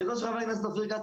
חבר הכנסת אופיר כץ,